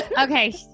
Okay